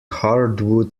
hardwood